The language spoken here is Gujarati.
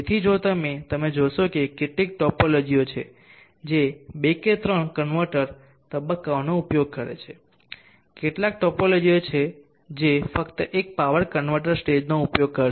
તેથી જો તમે તમે જોશો કે કેટલીક ટોપોલોજીઓ છે જે બે કે ત્રણ કન્વર્ટર તબક્કાઓનો ઉપયોગ કરે છે કેટલાક ટોપોલોજીઓ જે ફક્ત એક પાવર કન્વર્ટર સ્ટેજનો ઉપયોગ કરશે